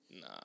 nah